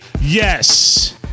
yes